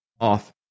off